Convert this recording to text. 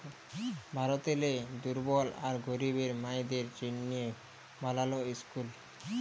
ভারতেরলে দুর্বল আর গরিব মাইয়াদের জ্যনহে বালাল ইসকুল